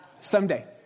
Someday